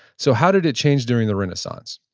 so, how did it change during the renaissance?